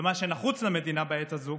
ומה שנחוץ למדינה בעת הזאת